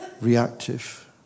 reactive